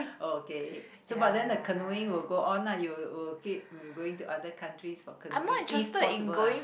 oh okay so but then the canoeing will go on ah you will keep will going to other countries for canoeing if possible ah